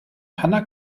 hanna